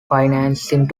financing